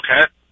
Okay